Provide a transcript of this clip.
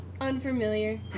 Unfamiliar